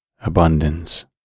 abundance